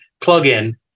plug-in